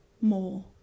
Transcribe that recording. more